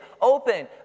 open